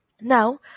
now